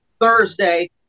Thursday